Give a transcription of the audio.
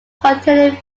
containing